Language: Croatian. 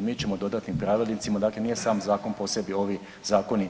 Mi ćemo dodatnim pravilnicima, dakle nije sam zakon po sebi, ovi zakoni